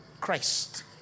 Christ